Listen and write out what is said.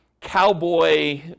cowboy